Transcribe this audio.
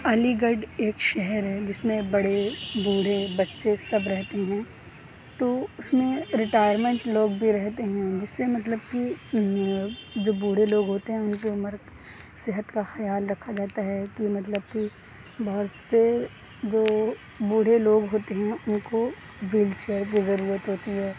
علی گڑھ ایک شہر ہے جس میں بڑے بوڑھے بچے سب رہتے ہیں تو اس میں ریٹائرمنٹ لوگ بھی رہتے ہیں جس سے مطلب کہ جو بوڑھے لوگ ہوتے ہیں ان کی عمر صحت کا خیال رکھا جاتا ہے کہ مطلب کہ بہت سے جو بوڑھے لوگ ہوتے ہیں ان کو وہیل چیئر کی ضرورت ہوتی ہے